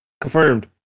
Confirmed